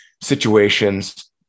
situations